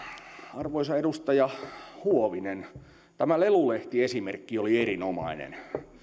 arvoisa edustaja huovinen tämä lelulehtiesimerkki oli erinomainen